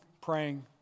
praying